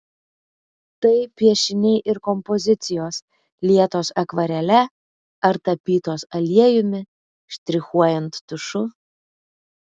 tai piešiniai ir kompozicijos lietos akvarele ar tapybos aliejumi štrichuojant tušu